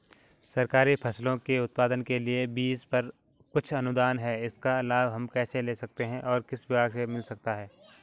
सरकारी फसलों के उत्पादन के लिए बीज पर कुछ अनुदान है इसका लाभ हम कैसे ले सकते हैं और किस विभाग से मिल सकता है?